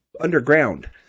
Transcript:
underground